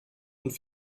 und